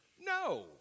No